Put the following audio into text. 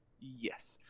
Yes